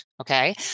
okay